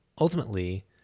ultimately